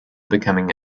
becoming